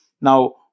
Now